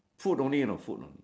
food only you know food only